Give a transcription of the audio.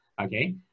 okay